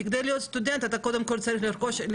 כי כדי להיות סטודנט אתה צריך קודם כל להיות סטודנט,